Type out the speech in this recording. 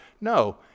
No